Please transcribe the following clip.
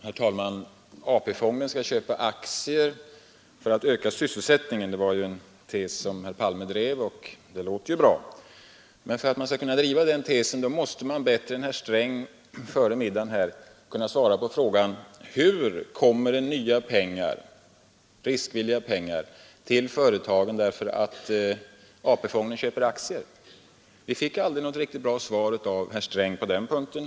Herr talman! AP-fonden skall användas till aktieköp för att öka sysselsättningen. Det var en tes som herr Palme drev och det låter ju bra. Men för att man skall kunna driva den tesen måste man bättre än herr Sträng gjorde före middagen kunna svara på frågan hur det kommer nya riskvilliga pengar till företagen genom att AP-fonden används till aktieköp. Vi fick aldrig något riktigt bra svar av herr Sträng på den punkten.